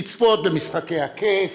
לצפות ב"משחקי הכס"